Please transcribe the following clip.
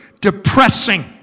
depressing